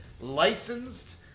licensed